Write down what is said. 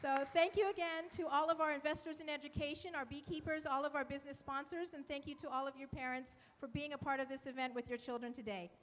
to thank you again to all of our investors in education our beekeepers all of our business sponsors and thank you to all of you parents for being a part of this event with your children today